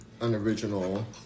unoriginal